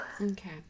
Okay